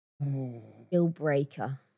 Deal-breaker